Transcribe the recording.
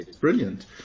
brilliant